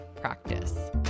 practice